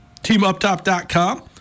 TeamUptop.com